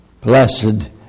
Blessed